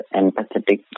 empathetic